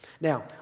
Now